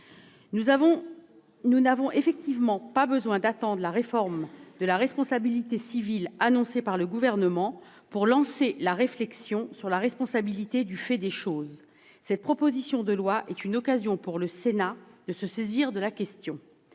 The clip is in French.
Nous n'avons effectivement pas besoin d'attendre la réforme de la responsabilité civile annoncée par le Gouvernement pour lancer la réflexion sur la responsabilité du fait des choses. Cette proposition de loi est une occasion pour le Sénat de se saisir de la question.